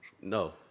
No